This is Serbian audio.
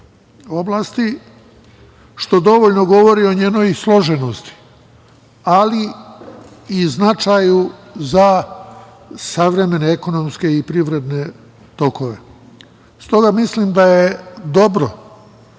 što dovoljno govori o njenoj složenosti, ali i značaju za savremene ekonomske i privredne tokove. Stoga mislim da je dobro